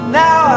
now